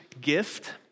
Gift